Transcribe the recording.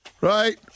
right